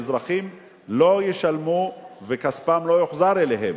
שאזרחים ישלמו וכספם לא יוחזר אליהם.